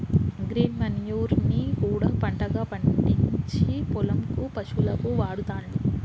green manure ని కూడా పంటగా పండిచ్చి పొలం కు పశువులకు వాడుతాండ్లు